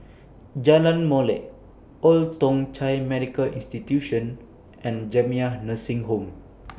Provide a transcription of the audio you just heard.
Jalan Molek Old Thong Chai Medical Institution and Jamiyah Nursing Home